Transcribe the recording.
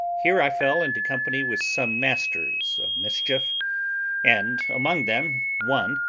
here i fell into company with some masters of mischief and, among them, one,